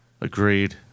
Agreed